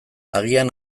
agian